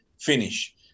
finish